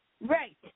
Right